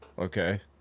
okay